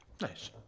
Nice